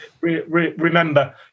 remember